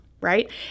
right